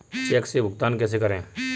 Check से भुगतान कैसे करें?